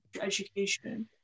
education